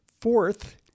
Fourth